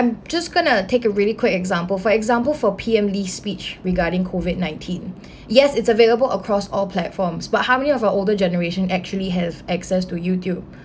I'm just gonna take a really quick example for example for P_M lee speech regarding COVID nineteen yes it's available across all platforms but how many of our older generation actually have access to youtube